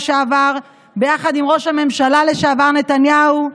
ביחד עם ראש הממשלה לשעבר נתניהו.